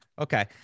Okay